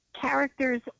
characters